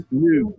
new